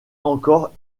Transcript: encore